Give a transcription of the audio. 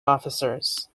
officers